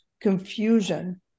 confusion